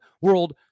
World